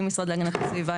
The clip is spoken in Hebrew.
עם המשרד להגנת הסביבה,